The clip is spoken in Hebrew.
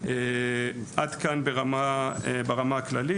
עד כאן ברמה הכללית,